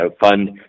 fund